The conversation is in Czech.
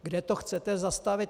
Kde to chcete zastavit?